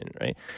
Right